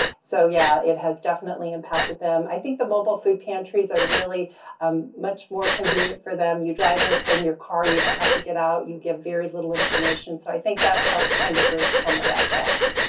so yeah, it has definitely impacted them. i think the mobile food pantries are really um much more convenient for them. you drive up but in your car, you don't have to get out, you give very little information. so i think that's helped kind of bridge some of that gap.